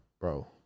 Bro